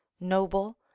noble